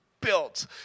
built